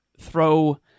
throw